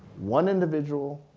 one individual,